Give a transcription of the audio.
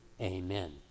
amen